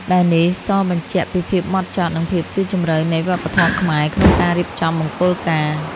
ដែលនេះសបញ្ជាក់ពីភាពហ្មត់ចត់ និងភាពស៊ីជម្រៅនៃវប្បធម៌ខ្មែរក្នុងការរៀបចំមង្គលការ។